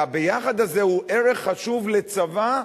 ה"ביחד" הזה הוא ערך חשוב לצבא,